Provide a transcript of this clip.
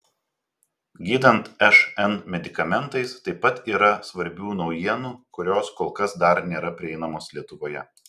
gydant šn medikamentais taip pat yra svarbių naujienų kurios kol kas dar nėra prieinamos lietuvoje